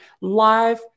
live